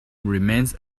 remains